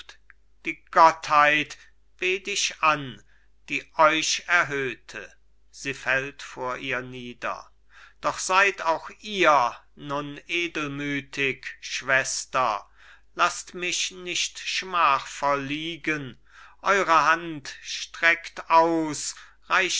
die gottheit bet ich an die euch erhöhte sie fällt vor ihr nieder doch seid auch ihr nun edelmütig schwester laßt mich nicht schmallvoll liegen eure hand streckt aus